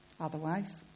otherwise